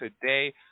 today